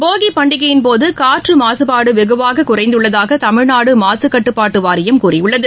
போகிபண்டிகையின்போதுகாற்றுமாசுபடுதல் வெகுவாககுறைந்துள்ளதாகதமிழ்நாடுமாசுகட்டுப்பாட்டுவாரியம் கூறியுள்ளது